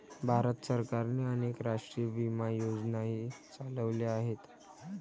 भारत सरकारने अनेक राष्ट्रीय विमा योजनाही चालवल्या आहेत